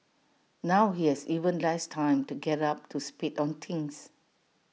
now he has even less time to get up to speed on things